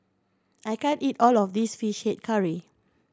I can't eat all of this Fish Head Curry